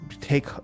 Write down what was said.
take